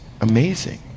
amazing